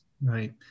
Right